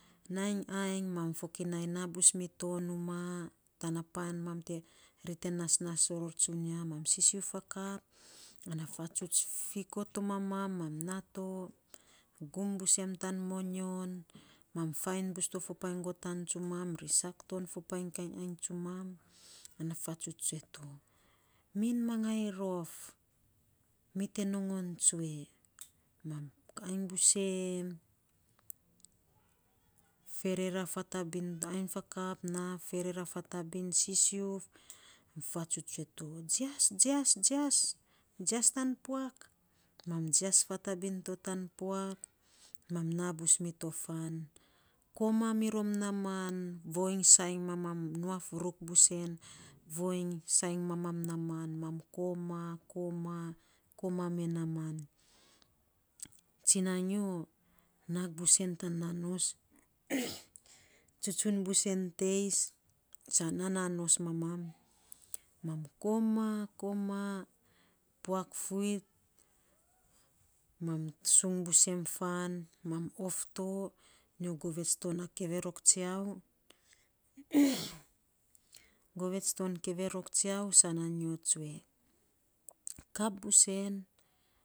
Nainy ainy mam fokinai naa bus mito numaa, tana pan mam te nasnas rom tsunia, mam sisiuf fakap, ana fatsuts fikoo to mamam ma naa to, gum busem tan moyon, mam fainy to fo painy gotan tsumam, risak to fo painy kainy ainy tsumam, an a fatsuts tsue to min mangai rof. Mi te nogon tsue mam ainy bus em, ferera fatabin, ainy fakat na ferera fatabin na sisiuf. Fatsuts te tsue to jias, jias. jias, jias tan puak mam jias fatabin to tan puak, mam naa bus mito fan, koma mirom naaman voiny sainy mamam nuaf ruk busem voiny sainy mama naaman, mam koma, koma, koma mee naaman. Tsina nyo nag bus en tan nanos. tsutsun nus en teis, sa nanos mamam mam koma. koma, puak fuit mam, sung bus fan, mam of to. Nyo govets to na keverok tsiau, govets to keverok tsiau, sa nyo tsue.